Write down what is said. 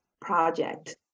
project